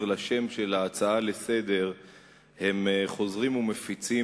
לשם של ההצעה לסדר-היום הם חוזרים ומפיצים